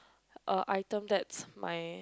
a item that my